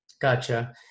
Gotcha